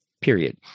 period